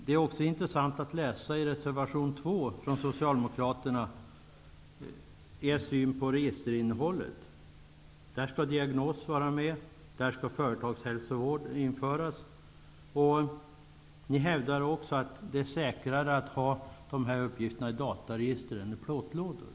Det är intressant att i reservation 2 läsa om Socialdemokraternas syn på frågan om registerinnehåll. Ni säger att diagnos skall finnas med, och att uppgifter från företagshälsovård skall införas. Ni hävdar också att det är säkrare att förvara dessa uppgifter i dataregister än i plåtlådor.